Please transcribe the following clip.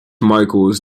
michaels